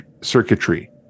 circuitry